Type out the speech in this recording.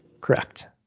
Correct